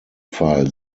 fall